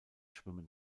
schwimmen